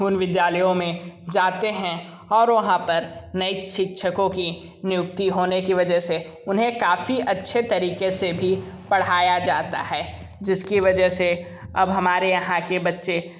उन विद्यालयों में जाते हैं और वहाँ पर नये शिक्षकों की नियुक्ति होने की वजह से उन्हें काफ़ी अच्छे तरीक़े से भी पढ़ाया जाता है जिसकी वजह से अब हमारे यहाँ के बच्चे